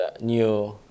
new